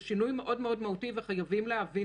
רק צריך להבין